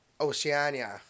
Oceania